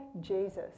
Jesus